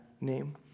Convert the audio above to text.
name